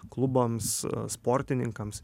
klubams sportininkams